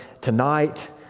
tonight